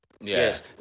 Yes